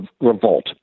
revolt